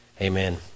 amen